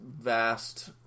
vast